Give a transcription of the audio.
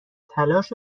تلاش